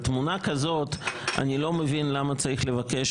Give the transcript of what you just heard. בתמונה כזאת אני לא מבין למה צריך לבקש